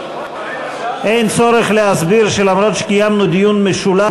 אין צורך להסביר שלמרות שקיימנו דיון משולב,